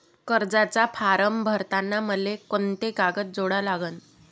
कर्जाचा फारम भरताना मले कोंते कागद जोडा लागन?